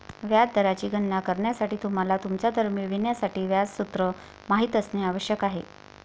व्याज दराची गणना करण्यासाठी, तुम्हाला तुमचा दर मिळवण्यासाठी व्याज सूत्र माहित असणे आवश्यक आहे